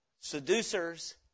Seducers